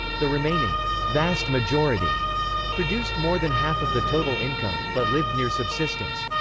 the remaining vast majority produced more than half of the total income, but lived near subsistence.